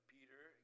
Peter